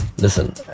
Listen